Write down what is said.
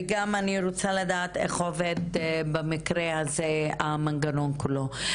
ואני גם רוצה לדעת איך עובד במקרה הזה המנגנון כולו.